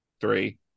three